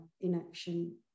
inaction